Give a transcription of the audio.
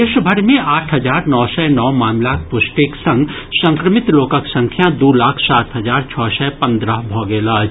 देश भरि मे आठ हजार नओ सय नओ मामिलाक पुष्टिक संग संक्रमित लोकक संख्या दू लाख सात हजार छओ सय पंद्रह भऽ गेल अछि